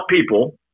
people